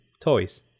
toys